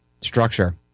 structure